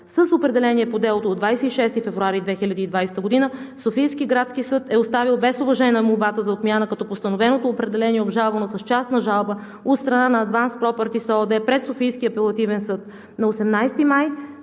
С определение по делото от 26 февруари 2020 г. Софийският градски съд е оставил без уважение молбата за отмяна, като постановеното определение е обжалвано с частна жалба от страна на „Адванс Пропъртис“ ООД пред Софийския апелативен съд. На 18 май